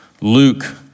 Luke